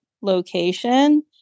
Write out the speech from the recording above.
location